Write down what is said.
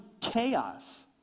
chaos